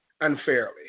unfairly